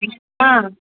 ఆ